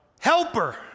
Helper